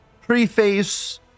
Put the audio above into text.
Preface